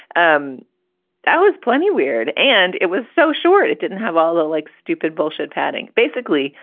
um that was plenty weird and it was so short it didn't have all the like stupid bullshit padding. basically,